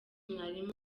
mwarimu